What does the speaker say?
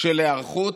של היערכות,